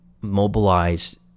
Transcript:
mobilize